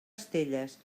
estelles